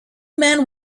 man